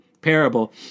parable